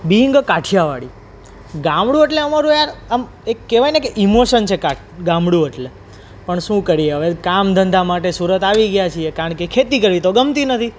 being a Kathiawadi ગામડું એટલે અમારું યાર આમ એક કહેવાય ને કે ઇમોશન છે ગામડું એટલે પણ શું કરીએ હવે કામ ધંધા માટે સુરત આવી ગયા છીએ કારણ કે ખેતી કરવી તો ગમતી નથી